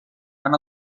van